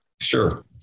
Sure